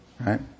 Right